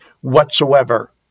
whatsoever